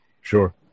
Sure